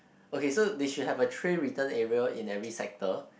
okay so they should have a tray return area in every sector